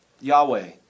Yahweh